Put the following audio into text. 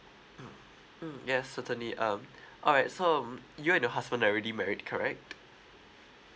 mm mm yes certainly um alright so um you and your husband already married correct